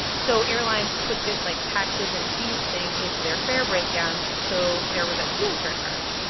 so airlines put this, like, taxes-and-fees thing into their fare breakdowns so there was a fuel surcharge.